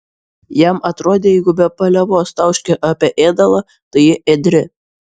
jam atrodė jeigu be paliovos tauškia apie ėdalą tai ji ėdri